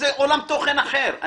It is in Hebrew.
זה עולם תוכן אחר.